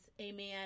amen